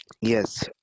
yes